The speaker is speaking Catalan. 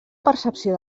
percepció